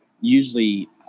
usually